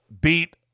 beat